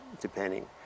depending